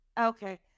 Okay